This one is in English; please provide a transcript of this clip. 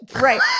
right